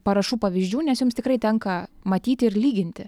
parašų pavyzdžių nes jums tikrai tenka matyti ir lyginti